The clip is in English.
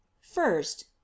first